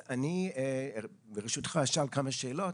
אז אני, ברשותך, אשאל כמה שאלות.